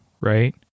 right